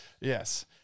yes